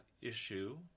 issue